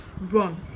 Run